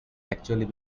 actually